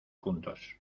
juntos